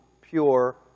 pure